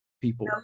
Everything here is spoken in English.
people